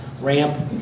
ramp